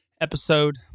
episode